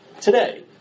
today